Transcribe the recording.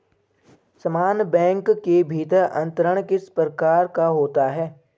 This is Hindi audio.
समान बैंक के भीतर अंतरण किस प्रकार का होता है?